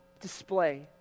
display